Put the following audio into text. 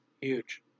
Huge